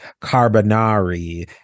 Carbonari